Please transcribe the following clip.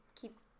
keep